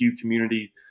community